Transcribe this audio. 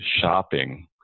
shopping